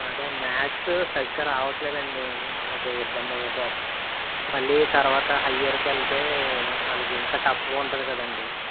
అదే మ్యాక్సు సరిగ్గా రావట్లేదండి అది ఇబ్బందైపోతుంది మళ్ళీ తర్వాత హయ్యర్కెళ్తే వాళ్ళకి ఇంకా టఫ్గా ఉంటుంది కదండి